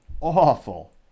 awful